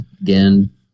again